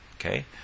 Okay